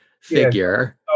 figure